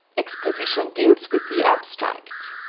exposition deals with the abstract,